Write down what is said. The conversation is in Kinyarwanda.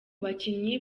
bakinnyi